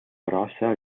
grossa